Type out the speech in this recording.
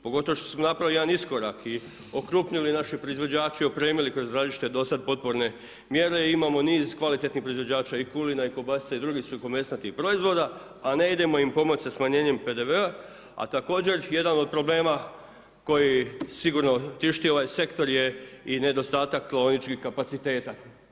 Pogotovo što smo napravili jedan iskorak i okupili naše proizvođače i opremili kroz različite dosad potporne mjere imamo niz kvalitetni proizvođača i kulina i kobasica i drugih suhomesnatih proizvoda a ne idemo im pomoći sa smanjenjem PDV-a, a također jedan od problema koji sigurno tišti ovaj sektor je i nedostatak tvornički kapaciteta.